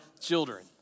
children